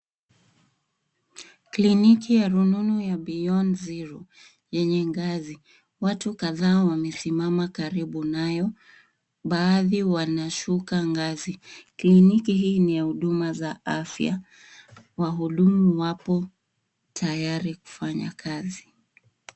Kliniki ya rununu ya beyond zero yenye ngazi. Watu kadhaa wamesimama karibu nayo, baadhi wanashuka ngazi. Kliniki hii ni ya huduma za afya. Wahudumu wapo tayari kufanya kazi.